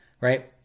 right